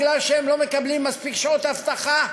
מכיוון שהם לא מקבלים שעות אבטחה,